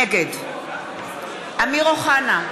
נגד אמיר אוחנה,